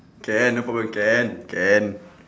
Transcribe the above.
can no problem can can